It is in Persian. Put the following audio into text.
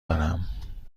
دارم